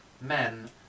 men